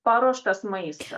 paruoštas maista